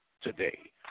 today